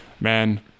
man